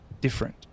different